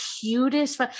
cutest